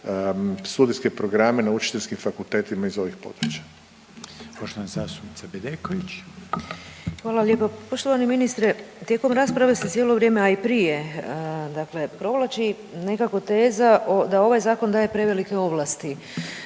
studijske programe na učiteljskim fakultetima iz ovih područja. **Reiner, Željko (HDZ)** Poštovana zastupnica Bedeković. **Bedeković, Vesna (HDZ)** Hvala lijepa. Poštovani ministre, tijekom rasprave se cijelo vrijeme, a i prije dakle provlači nekako teza da ovaj zakon daje prevelike ovlasti